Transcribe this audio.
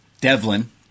Devlin